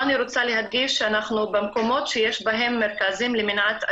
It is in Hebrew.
אני רוצה להדגיש שאנחנו במקומות שיש בהם מרכזים למניעת אלימות,